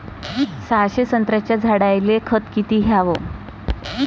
सहाशे संत्र्याच्या झाडायले खत किती घ्याव?